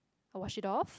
I wash it off